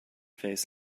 face